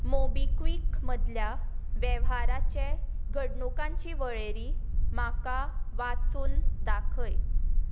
MobiKwik मदल्या वेव्हाराचे घडणुकांची वळेरी म्हाका वाचून दाखय